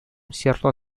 cierto